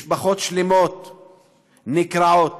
משפחות שלמות נקרעות.